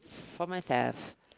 for myself